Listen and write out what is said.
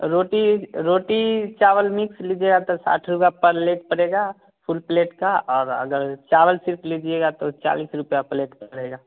रोटी रोटी चावल मिक्स लीजिएगा तो साठ रुपये पर लेट पड़ेगा फुल प्लेट का और अगर चावल सिर्फ़ लीजिएगा तो चालीस रुपये प्लेट पड़ेगा